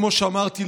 כמו שאמרתי,